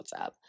whatsapp